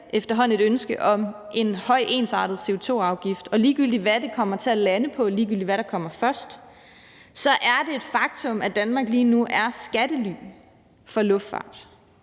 efterhånden alle et ønske om en høj, ensartet CO2-afgift, og ligegyldigt hvad vi kommer til at lande på, ligegyldigt hvad der kommer først, så er det et faktum, at Danmark lige nu er skattely for luftfart.